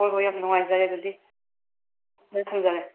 ꯍꯣꯏ ꯍꯣꯏ ꯌꯥꯝ ꯅꯨꯡꯉꯥꯏꯖꯔꯦ ꯑꯗꯨꯗꯤ ꯐꯔꯦ ꯊꯝꯖꯔꯦ